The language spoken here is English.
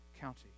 County